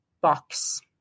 box